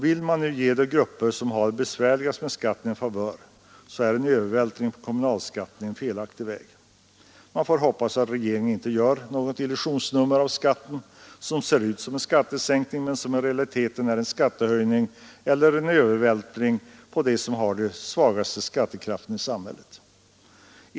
Vill man nu ge de grupper som har det besvärligast med skatten en favör, så är en övervältring på kommunalskatten en felaktig väg. Man får hoppas att regeringen inte gör något illusionsnummer, som ser ut som en skattesänkning men som i realiteten är en skattehöjning eller en övervältring på dem som har den svagaste skattekraften i samhället.